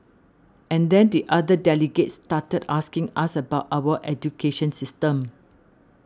and then the other delegates started asking us about our education system